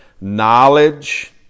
knowledge